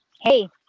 Hey